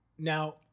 Now